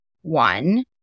one